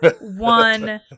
one